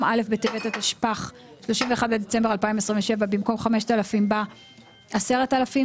א' בטבת התשפ"ח (31 בדצמבר 2027) במקום "5,000" בא "10,000".